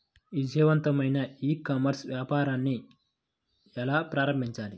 విజయవంతమైన ecommerce వ్యాపారాన్ని ఎలా ప్రారంభించాలి?